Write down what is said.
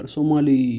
Somali